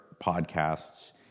podcasts